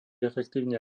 efektívne